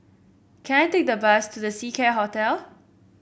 can I take the bus to The Seacare Hotel